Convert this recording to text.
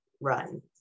run